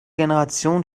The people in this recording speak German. generation